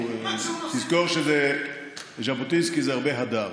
תזכור שז'בוטינסקי זה הרבה הדר.